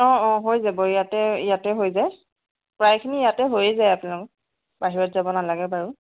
অঁ অঁ হৈ যাব ইয়াত ইয়াতে হৈ যায় প্ৰায়খিনি ইয়াতে হৈয়েই যায় আপোনাৰ বাহিৰত যাব নালাগে বাৰু